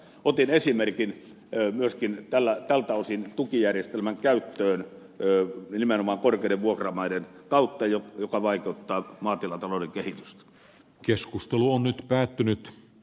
otin esimerkin myöskin tältä osin tukijärjestelmän käytöstä nimenomaan korkeiden vuokramäärien kautta joka vaikeuttaa maatilatalouden kehitys keskustelu on nyt päättynyt d